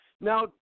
Now